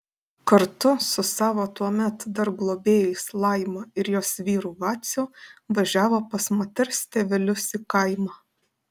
kartu su savo tuomet dar globėjais laima ir jos vyru vaciu važiavo pas moters tėvelius į kaimą